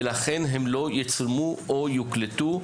ולכן הם לא יצולמו או יוקלטו,